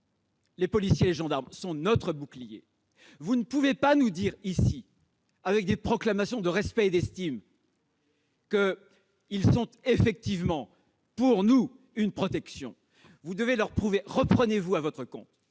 les policiers et les gendarmes sont notre bouclier. Vous ne pouvez pas simplement nous dire, tout en leur proclamant votre respect et votre estime, qu'ils sont effectivement pour nous une protection : vous devez le leur prouver ! Reprenez-vous à votre compte